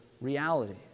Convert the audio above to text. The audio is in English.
reality